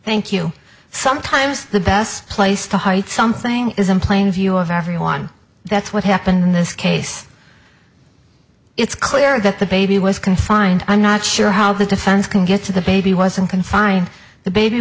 thank you sometimes the best place to hide something is in plain view of everyone that's what happened in this case it's clear that the baby was confined i'm not sure how the defense can get to the baby wasn't confined the baby